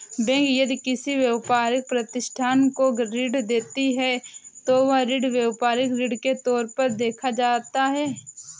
bank यदि किसी व्यापारिक प्रतिष्ठान को ऋण देती है तो वह ऋण व्यापारिक ऋण के तौर पर देखा जाता है